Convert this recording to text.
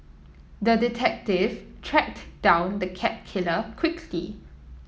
the detective tracked down the cat killer quickly